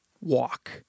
walk